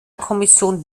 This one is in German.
kommission